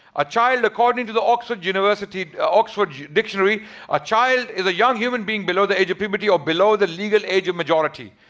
a child according to the oxford university, oxford dictionary a child is a young human being below the age of puberty or below the legal age of majority.